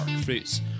Fruits